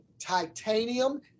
titanium